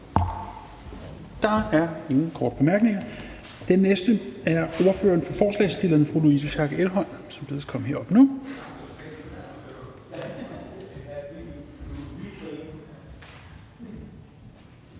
Der er ingen korte bemærkninger. Den næste er ordføreren for forslagsstillerne, fru Louise Schack Elholm, som bedes komme herop nu.